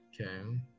Okay